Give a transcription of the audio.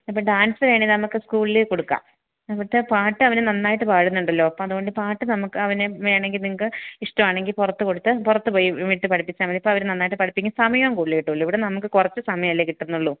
അപ്പോൾ ഡാൻസ് വേണേൽ നമുക്ക് സ്കൂളിൽ കൊടുക്കാം എന്നിട്ട് പാട്ട് അവൻ നന്നായിട്ട് പാടുന്നുണ്ടല്ലോ അപ്പം അതുകൊണ്ട് പാട്ട് നമുക്ക് അവന് വേണമെങ്കിൽ നിങ്ങൾക്ക് ഇഷ്ട്ടമാണെങ്കിൽ പുറത്ത് കൊടുത്ത് പുറത്ത് പോയി വിട്ട് പഠിപ്പിച്ചാൽ മതി അപ്പോൾ അവർ നന്നായിട്ട് പഠിപ്പിക്കും സമയം കൂടുതൽ കിട്ടുമല്ലൊ ഇവിടെ നമുക്ക് കുറച്ച് സമയം അല്ലെ കിട്ടുന്നുള്ളു